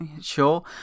sure